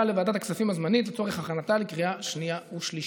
לוועדת הכספים הזמנית לצורך הכנתה לקריאה שנייה ושלישית.